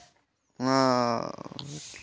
ᱚᱱᱟ